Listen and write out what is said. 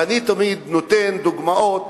ואני תמיד נותן דוגמאות,